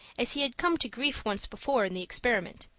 as he had come to grief once before in the experiment.